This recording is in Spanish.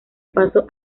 paso